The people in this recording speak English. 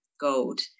gold